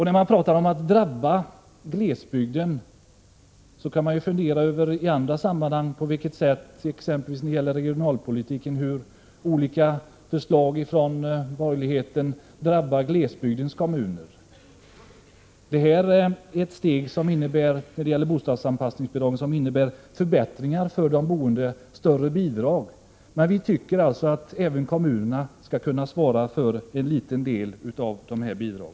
När man talar om att drabba glesbygden borde man fundera också över på vilket sätt borgerlighetens olika förslag i regionalpolitiken drabbar glesbygdskommunerna. Detta steg när det gäller bostadsanpassningsbidragen innebär förbättringar för de boende, större bidrag, men vi tycker att även kommunerna skall kunna svara för en liten del av dessa bidrag.